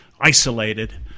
isolated